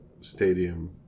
Stadium